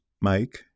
Mike